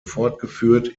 fortgeführt